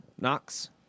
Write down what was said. Knox